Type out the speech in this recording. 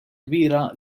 kbira